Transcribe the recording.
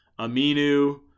Aminu